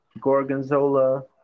Gorgonzola